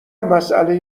مسئله